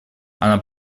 она